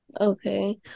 okay